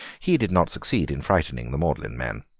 he did not succeed in frightening the magdalene men.